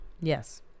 Yes